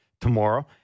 tomorrow